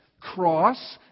cross